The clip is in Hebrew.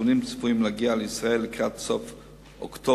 החיסונים אמורים להגיע לישראל לקראת סוף אוקטובר,